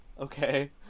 okay